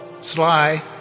sly